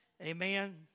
Amen